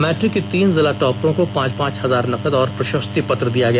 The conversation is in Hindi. मैट्रिक की तीन जिला टॉपरों को पांच पांच हजार नकद और प्रशस्ति पत्र दिया गया